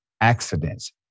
accidents